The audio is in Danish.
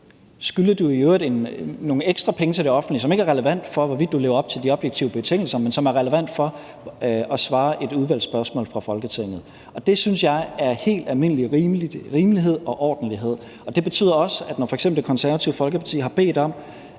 Skylder du i øvrigt nogle ekstra penge til det offentlige, hvad der ikke er relevant for, hvorvidt du lever op til de objektive betingelser, men er relevant for at svare på et udvalgsspørgsmål fra Folketinget? Det synes jeg er udtryk for helt almindelig rimelighed og ordentlighed. Det betyder også, at når f.eks. Det Konservative Folkeparti har bedt om,